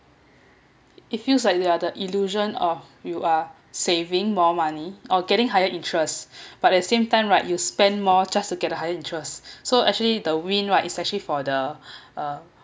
it feels like that are the illusion of you are saving more money or getting higher interest but at same time right you spend more just to get a higher interest so actually the win right especially for the uh